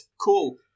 Cool